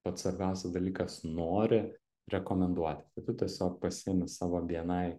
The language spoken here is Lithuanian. pats svarbiausias dalykas nori rekomenduoti tai tu tiesiog pasiemi savo bni